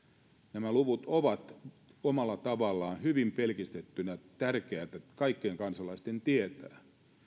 nämä luvut ovat omalla tavallaan hyvin pelkistettyinä tärkeät kaikkien kansalaisten tietää